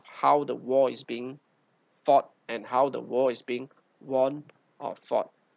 how the war is being fought and how the war is being won or fought